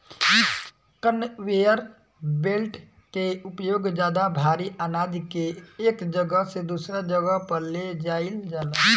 conveyor belt के उपयोग ज्यादा भारी आनाज के एक जगह से दूसरा जगह पर ले जाईल जाला